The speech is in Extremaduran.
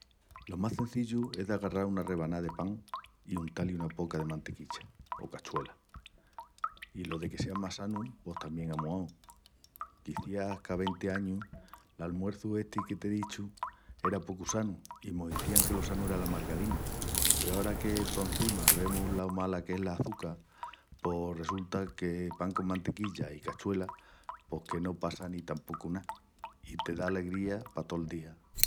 Lo más cenzillu es d'agarral una rebaná de pan i untá-li una poca de mantequilla o cachuela. I lo de que sea más sanu pos tamién á muau. Quiciás qu'a venti añus l'almuerçu esti que t'ei dichu era pocu sanu i mos izían que lo sanu era la margarina peru, ara que porcima vemus lo mala que es l'açuca, pos resulta que pan con mantequilla i cachuela, pos que no passa ni tapocu ná i te da alegría pa tol día.